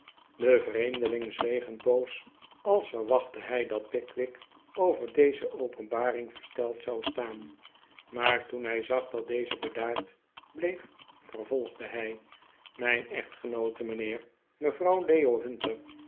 de vreemdeling zweeg een poos als verwachtte hij dat pickwick over deze openbaring versteld zou staan maar toen hij zag dat deze bedaard bleef vervolgde hij mijn echtgenoote mijnheer mevrouw leo hunter